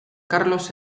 karlos